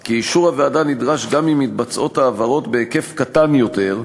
כי אישור הוועדה נדרש גם אם מתבצעות העברות בהיקף קטן יותר,